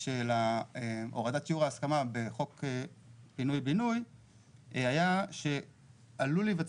של הורדת שיעור ההסכמה בחוק פינוי בינוי היה שעלול להיווצר